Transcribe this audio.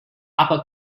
upper